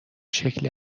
شکلی